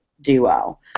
duo